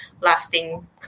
lasting